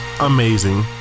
amazing